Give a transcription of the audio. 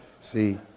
see